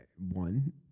One